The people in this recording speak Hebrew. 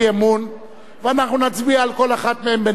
ואנחנו נצביע על כל אחת מהן בנפרד כמובן.